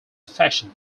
fashion